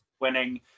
winning